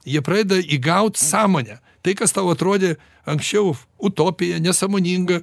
jie pradeda įgaut sąmonę tai kas tau atrodė anksčiau utopija nesąmoninga